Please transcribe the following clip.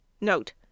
Note